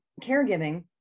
caregiving